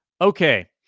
Okay